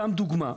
לדוגמה,